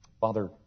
Father